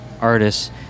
artists